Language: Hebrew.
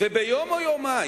וביום או יומיים